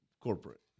corporate